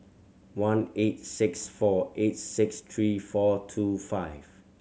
one eight six four eight six three four two five